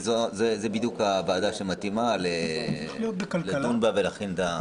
לדעתי, זו בדיוק הוועדה שמתאימה לדון בנושא.